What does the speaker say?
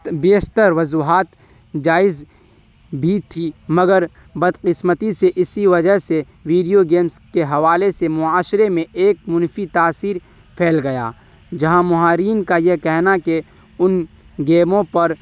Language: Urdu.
بیشتر وجوہات جائز بھی تھی مگر بدقسمتی سے اسی وجہ سے ویڈیو گیمس کے حوالے سے معاشرے میں ایک منفی تاثیر پھیل گیا جہاں ماہرین کا یہ کہنا کہ ان گیموں پر